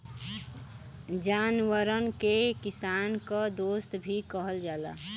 जानवरन के किसान क दोस्त भी कहल जाला